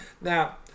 Now